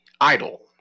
idle